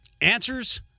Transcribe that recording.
Answers